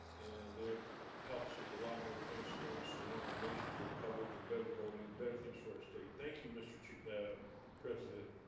and there helps with a lot more transparency and information for the public and better voting better things for our state thank you mr. chuka president